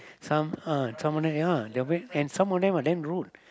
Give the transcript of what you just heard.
some uh some of them ya they're very and some of them damn rude